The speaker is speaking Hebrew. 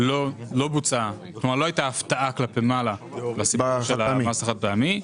לא הייתה הפתעה כלפי מעלה בסיפור של המס על חד-פעמי.